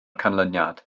canlyniad